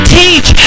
teach